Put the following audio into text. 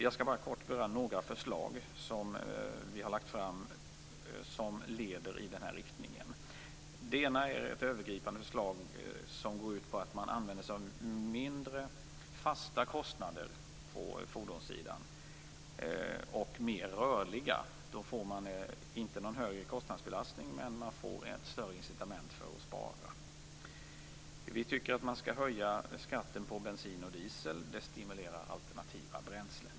Jag skall bara kort beröra några förslag som vi har lagt fram, vilka leder i den här riktningen. Det ena är ett övergripande förslag som går ut på att man använder sig av mindre fasta och mer rörliga kostnader på fordonssidan. Därigenom blir det inte någon högre kostnadsbelastning, men man får ett större incitament för att spara. Vi tycker att skatten på bensin och diesel skall höjas. Det stimulerar alternativa bränslen.